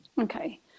okay